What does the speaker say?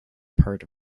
part